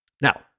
Now